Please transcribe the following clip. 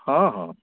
हँ हँ